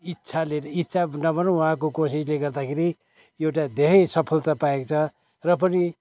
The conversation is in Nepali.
इच्छाले इच्छा नभनौँ उहाँको कोसिसले गर्दाखेरि एउटा धेरै सफलता पाएको छ र पनि